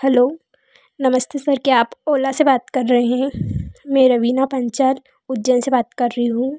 hello नमस्ते sir क्या आप ओला से बात कर रहे हैं मैं रवीना पंचाल उज्जैन से बात कर रही हूँ